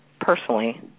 personally